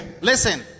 Listen